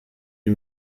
wie